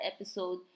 episode